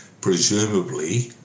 presumably